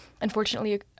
Unfortunately